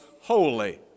holy